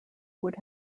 would